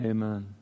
Amen